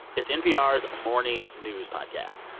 it's npr's morning news podcast.